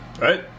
Right